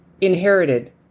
inherited